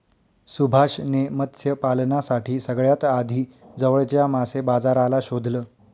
सुभाष ने मत्स्य पालनासाठी सगळ्यात आधी जवळच्या मासे बाजाराला शोधलं